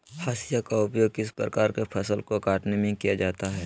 हाशिया का उपयोग किस प्रकार के फसल को कटने में किया जाता है?